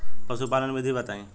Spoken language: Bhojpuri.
पशुपालन विधि बताई?